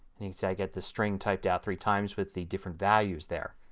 and you see i get this string typed out three times with the different values there.